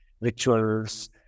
rituals